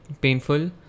painful